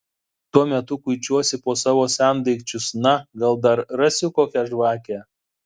tuo metu kuičiuosi po savo sendaikčius na gal dar rasiu kokią žvakę